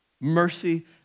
Mercy